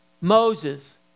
Moses